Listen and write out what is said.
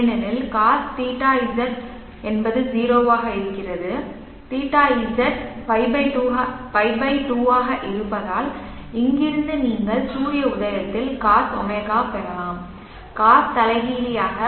ஏனெனில் CosθZ 0 θZ π 2 ஆக இருப்பதால் இங்கிருந்து நீங்கள் சூரிய உதயத்தில் Cos ω பெறலாம் Cos தலைகீழ் Tan δ Tanϕ